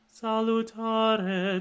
salutare